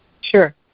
Sure